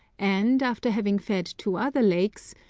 and, after having fed two other lakes,